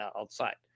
outside